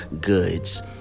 goods